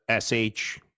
SH